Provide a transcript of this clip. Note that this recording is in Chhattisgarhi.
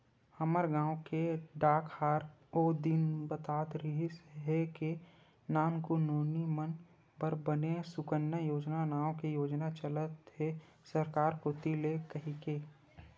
हमर गांव के डाकहार ओ दिन बतात रिहिस हे के नानकुन नोनी मन बर बने सुकन्या योजना नांव ले योजना चलत हे सरकार कोती ले कहिके